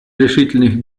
решительных